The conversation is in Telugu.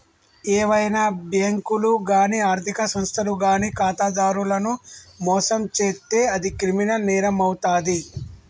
ఏవైనా బ్యేంకులు గానీ ఆర్ధిక సంస్థలు గానీ ఖాతాదారులను మోసం చేత్తే అది క్రిమినల్ నేరమవుతాది